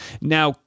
now